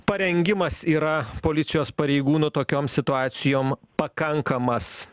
parengimas yra policijos pareigūnų tokiom situacijom pakankamas